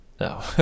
no